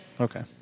Okay